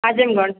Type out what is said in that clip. Azamgarh